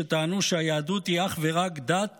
שטענו שהיהדות היא אך ורק דת